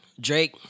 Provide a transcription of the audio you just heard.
Drake